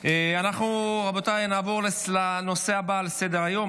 אנחנו נעבור לנושא הבא על סדר-היום,